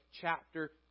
chapter